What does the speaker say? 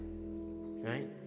Right